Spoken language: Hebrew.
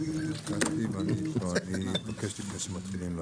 זה מפעל של חקיקה.